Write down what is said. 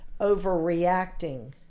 overreacting